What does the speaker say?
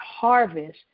harvest